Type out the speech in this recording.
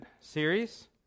series